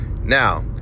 Now